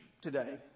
today